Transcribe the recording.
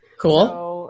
cool